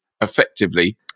effectively